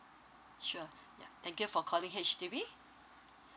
sure yeah thank you for calling H_D_B